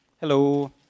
Hello